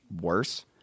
worse